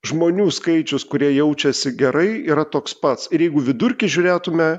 žmonių skaičius kurie jaučiasi gerai yra toks pats ir jeigu vidurkį žiūrėtume